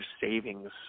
savings